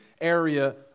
area